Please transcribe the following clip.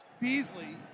Beasley